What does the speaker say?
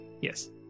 yes